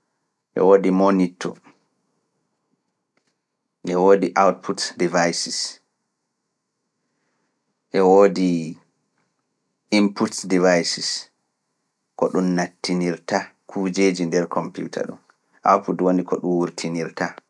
Heewoodi monito. Heewoodi output devices. Heewoodi inputs devices. Ko ɗum nattinirta kujjeji nder kompiuta ɗum, output woni ko ɗum wurtinirta.